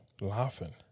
laughing